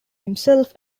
himself